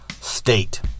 State